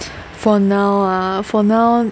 for now ah for now